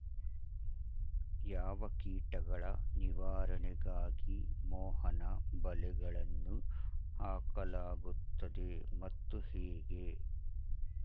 ಯಾವ ಕೀಟಗಳ ನಿವಾರಣೆಗಾಗಿ ಮೋಹನ ಬಲೆಗಳನ್ನು ಹಾಕಲಾಗುತ್ತದೆ ಮತ್ತು ಹೇಗೆ?